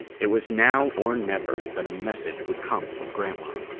it was now or never that a message would come from grantline.